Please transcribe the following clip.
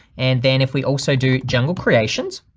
and then if we also do jungle creations,